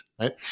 right